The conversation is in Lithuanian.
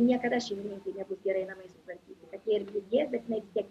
niekada šeimininkei nebus gerai namai sutvarkyti kad jie ir blizgės bet jinai vis tiek